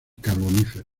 carbonífero